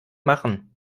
machen